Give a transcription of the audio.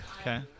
Okay